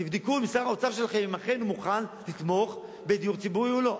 תבדקו עם שר האוצר שלכם אם הוא אכן מוכן לתמוך בדיור ציבורי או לא.